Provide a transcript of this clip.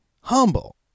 humble